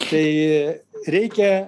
tai reikia